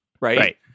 Right